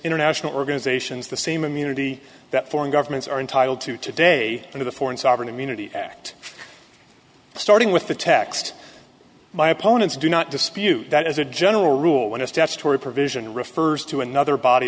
international organizations the same immunity that foreign governments are entitled to today and the foreign sovereign immunity act starting with the text my opponents do not dispute that as a general rule when a statutory provision refers to another body